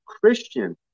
Christian